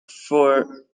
for